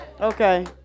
Okay